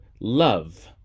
love